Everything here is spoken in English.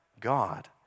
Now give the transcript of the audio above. God